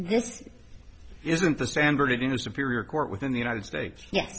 this isn't the san bernardino superior court within the united states ye